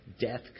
Death